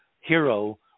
hero